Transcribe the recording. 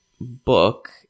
book